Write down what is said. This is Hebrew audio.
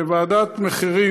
בוועדת מחירים,